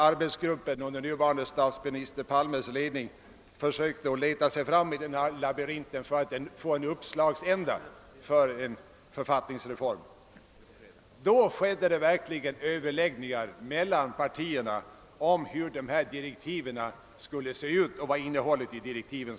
Arbetsgruppen under nuvarande statsminister Palmes ledning försökte leta sig fram i denna labyrint för att få en uppslagsända för en författningsreform, och då skedde det verkligen överläggningar mellan partierna om innehållet i direktiven.